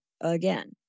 again